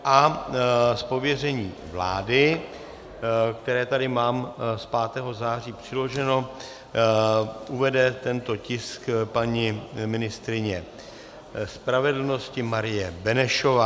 Z pověření vlády, které tady mám z 5. září přiloženo, uvede tento tisk paní ministryně spravedlnosti Marie Benešová.